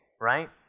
right